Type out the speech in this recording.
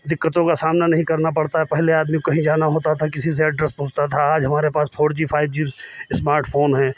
दिक्कतों का सामना नहीं करना पड़ता है पहले आदमी कहीं जाना होता था किसी से एड्रेस पूछता था आज हमारे पास four G five G smart phone हैं